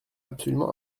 absolument